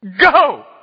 go